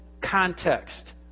context